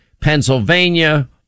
Pennsylvania